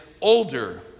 older